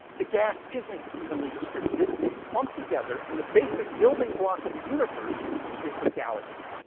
the gas isn't evenly distributed. it's clumped together. and the basic building block of the universe is the galaxy.